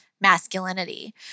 masculinity